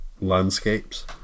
landscapes